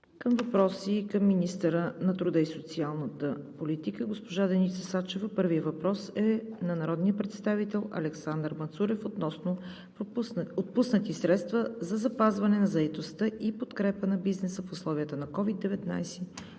към въпроси към министъра на труда и социалната политика – госпожа Деница Сачева. Първият въпрос е на народния представител Александър Мацурев относно отпуснати средства за запазване на заетостта и подкрепа на бизнеса в условията на COVID-19